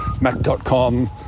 Mac.com